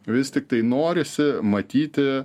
vis tiktai norisi matyti